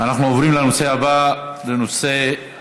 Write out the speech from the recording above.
אנחנו עוברים לנושא הבא, לחקיקה.